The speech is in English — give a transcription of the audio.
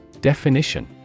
definition